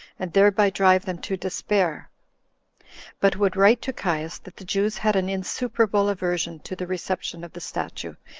and thereby drive them to despair but would write to caius, that the jews had an insuperable aversion to the reception of the statue,